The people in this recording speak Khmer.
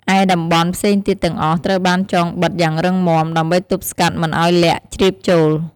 ឯតំបន់ផ្សេងទៀតទាំងអស់ ត្រូវបានចងបិទយ៉ាងរឹងមាំ ដើម្បីទប់ស្កាត់មិនឱ្យល័ក្តជ្រាបចូល។